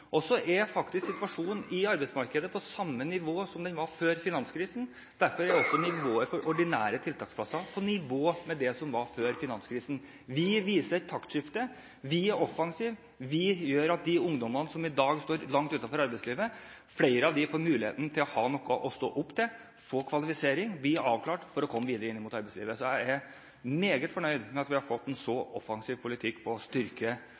Situasjonen i arbeidsmarkedet er faktisk på samme nivå som før finanskrisen, derfor er også antallet ordinære tiltaksplasser på nivå med det som var før finanskrisen. Vi viser et taktskifte, vi er offensive. Vi gjør slik at flere av de ungdommene som i dag står langt utenfor arbeidslivet, får muligheten til å ha noe å stå opp til, få kvalifisering og bli avklart for å komme videre mot arbeidslivet. Så jeg er meget fornøyd med at vi har fått en så offensiv politikk